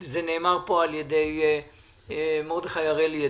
זה נאמר על ידי מרדכי הראלי,